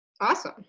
Awesome